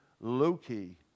low-key